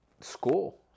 school